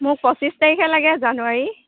মোক পঁচিছ তাৰিখে লাগে জানুৱাৰী